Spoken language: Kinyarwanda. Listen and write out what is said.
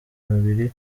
babiri